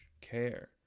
care